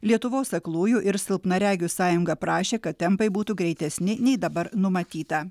lietuvos aklųjų ir silpnaregių sąjunga prašė kad tempai būtų greitesni nei dabar numatyta